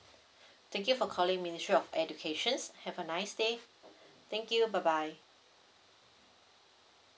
thank you for calling ministry of educations have a nice day thank you bye bye